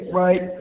right